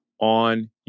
on